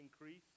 increase